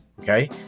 okay